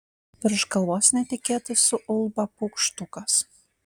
virš galvos netikėtai suulba paukštukas